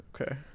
okay